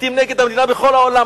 מסיתים נגד המדינה בכל העולם,